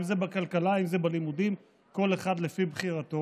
אם זה בכלכלה, אם זה בלימודים, כל אחד לפי בחירתו,